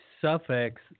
suffix